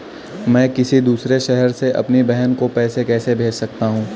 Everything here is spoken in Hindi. मैं किसी दूसरे शहर से अपनी बहन को पैसे कैसे भेज सकता हूँ?